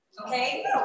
okay